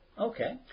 Okay